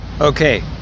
okay